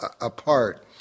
apart